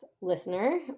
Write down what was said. listener